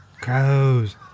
Crows